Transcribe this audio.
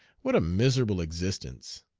what a miserable existence!